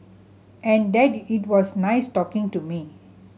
and that it was nice talking to me